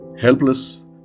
helpless